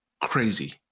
crazy